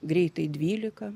greitai dvylika